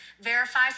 verify